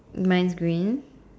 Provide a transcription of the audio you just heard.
mine's green